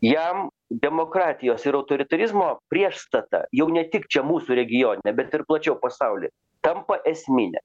jam demokratijos ir autoritarizmo priešstata jau ne tik čia mūsų regione bet ir plačiau pasauly tampa esmine